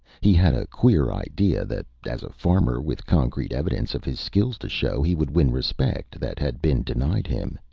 he had a queer idea that, as a farmer with concrete evidence of his skills to show, he would win respect that had been denied him.